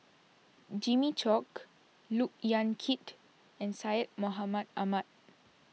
Jimmy Chok Look Yan Kit and Syed Mohamed Ahmed